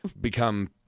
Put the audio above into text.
become